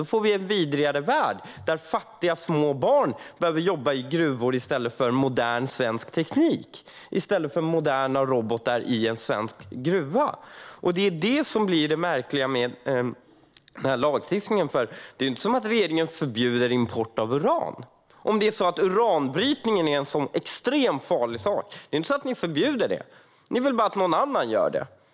Då får vi en vidrigare värld, där fattiga små barn behöver jobba i gruvor i stället för att vi använder modern svensk teknik, moderna robotar i en svensk gruva. Det är det som är det märkliga med den här lagstiftningen. Det är inte som att regeringen förbjuder import av uran. Det är inte som att ni förbjuder uranbrytning, om den nu är extremt farlig. Ni vill bara att någon annan ska göra det.